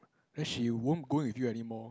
then she won't go with you anymore